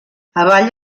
avall